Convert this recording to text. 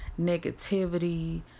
negativity